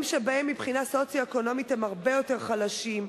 שמבחינה סוציו-אקונומית הם הרבה יותר חלשים.